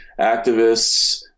activists